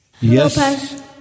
Yes